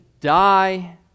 die